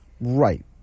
Right